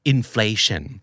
Inflation